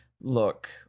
look